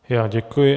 Já děkuji.